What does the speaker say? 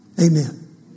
Amen